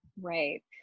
right